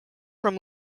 from